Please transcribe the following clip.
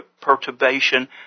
perturbation